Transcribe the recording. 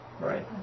Right